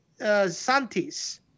Santis